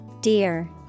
Dear